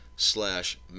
slash